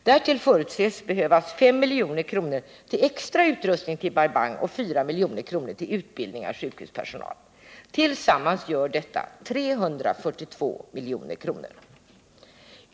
Därtill förutses behövas 5 milj.kr. till extra utrustning till Bai Bang och 4 milj.kr. till utbildning av sjukhuspersonal. Tillsammans gör detta 342 milj.kr.